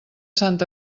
sant